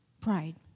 Pride